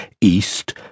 east